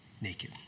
naked